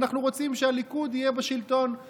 אנחנו רוצים שהליכוד יהיה בשלטון,